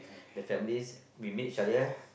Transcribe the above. the families we meet each other